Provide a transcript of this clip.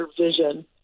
vision